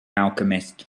alchemist